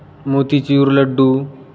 motichoor लाडू